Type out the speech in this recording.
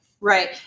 Right